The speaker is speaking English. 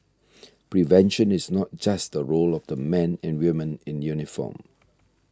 prevention is not just the role of the men and women in uniform